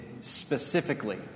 specifically